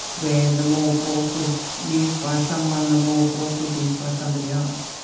where the more force was used by someone, the more force was used by somebody else.